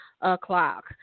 o'clock